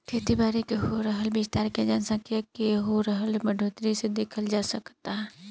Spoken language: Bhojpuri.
खेती बारी के हो रहल विस्तार के जनसँख्या के हो रहल बढ़ोतरी से देखल जा सकऽता